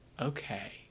okay